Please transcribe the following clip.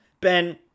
Ben